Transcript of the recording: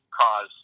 cause